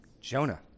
Jonah